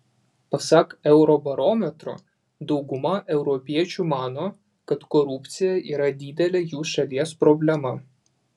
pasak eurobarometro dauguma europiečių mano kad korupcija yra didelė jų šalies problema